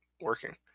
working